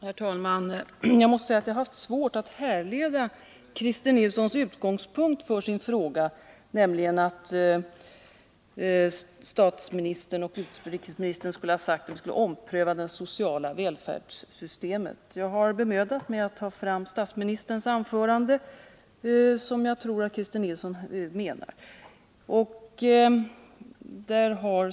Herr talman! Jag måste säga att jag har haft svårt att härleda Christer Nilssons utgångspunkt för sin fråga, nämligen att statsministern och utrikesministern skulle ha sagt att vi skulle ompröva det sociala välfärdssystemet. Jag har bemödat mig att ta fram det anförande av statsministern som jag tror att Christer Nilsson syftar på.